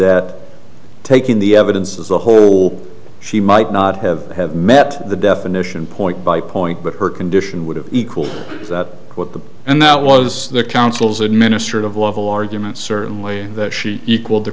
that taking the evidence as a whole she might not have have met the definition point by point but her condition would have equal that what the and that was the council's administrative level argument certainly that she equalled the